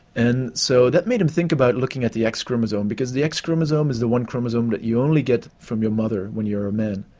and so that made him think about looking at the x chromosome because the x chromosome is the one chromosome that you only get from your mother if you're a man.